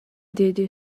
деди